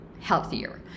healthier